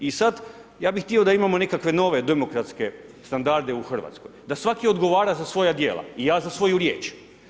I sad ja bih htio da imamo nekakve nove demokratske standarde u Hrvatskoj, da svaki odgovara za svoja djela i ja za svoju riječ.